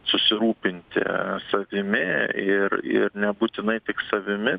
susirūpinti savimi ir ir nebūtinai tik savimi